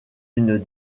une